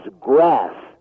grass